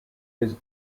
his